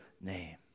name